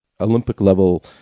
Olympic-level